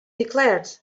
declared